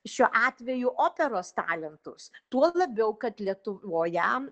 šiuo atveju operos talentus tuo labiau kad lietuvoje